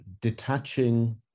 Detaching